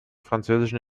französischen